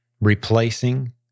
replacing